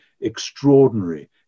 extraordinary